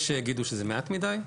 יש שיגידו שזה מעט מידי.